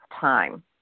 time